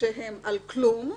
שהם על כלום,